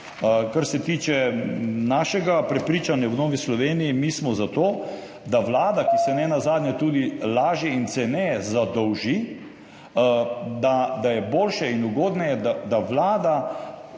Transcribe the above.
Kar se tiče našega prepričanja, v Novi Sloveniji smo za to, da Vlada, ki se nenazadnje tudi lažje in ceneje zadolži, da je boljše in ugodneje, da Vlada